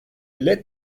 bile